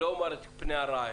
אני לא אומר את פני הרעה,